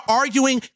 arguing